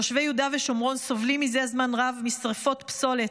תושבי יהודה ושומרון סובלים מזה זמן רב משרפות פסולת.